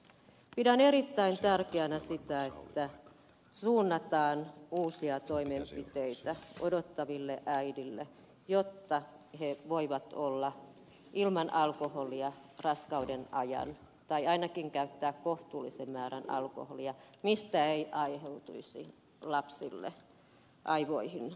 pidän erittäin tärkeänä sitä että suunnataan uusia toimenpiteitä odottaville äideille jotta he voivat olla ilman alkoholia raskauden ajan tai ainakin käyttää kohtuullisen määrän alkoholia mistä ei aiheutuisi lapsille aivoihin vahinkoja